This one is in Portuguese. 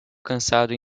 cansado